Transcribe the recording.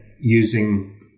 using